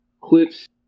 clips